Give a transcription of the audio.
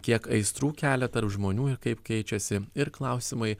kiek aistrų kelia tarp žmonių ir kaip keičiasi ir klausimai